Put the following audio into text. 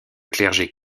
clergé